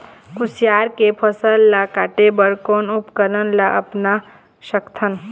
कुसियार के फसल ला काटे बर कोन उपकरण ला अपना सकथन?